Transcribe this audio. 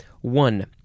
One